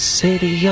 city